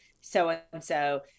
so-and-so